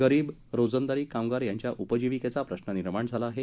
गरीब रोजंदारी कामगार यांच्या उपजीविकेचा प्रश्न निर्माण झाला आहे